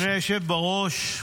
אדוני היושב בראש,